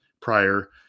prior